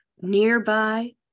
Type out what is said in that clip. Nearby